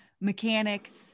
mechanics